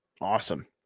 Awesome